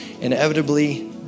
inevitably